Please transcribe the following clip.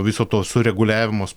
viso to sureguliavimas